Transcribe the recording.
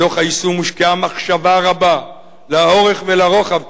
בדוח היישום הושקעה מחשבה רבה לאורך ולרוחב,